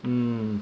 mm